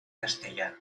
castellà